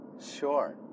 Sure